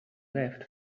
left